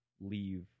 leave